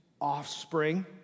offspring